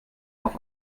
auf